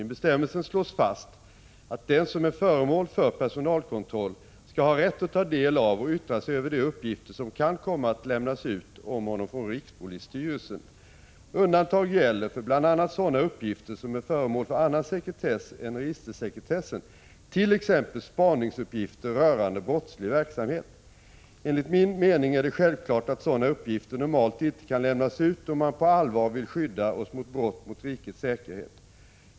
I bestämmelsen slås fast att den som är föremål för personalkontroll skall ha rätt att ta del av och yttra sig över de uppgifter som kan komma att lämnas ut om honom från rikspolisstyrelsen. Undantag gäller för bl.a. sådana uppgifter som är föremål för annan sekretess än registersekretessen, t.ex. spaningsuppgifter rörande brottslig verksamhet. Enligt min mening är det självklart att sådana uppgifter normalt inte kan lämnas ut, om man på allvar vill skydda oss mot brott mot rikets säkerhet.